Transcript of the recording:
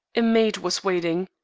a maid was waiting.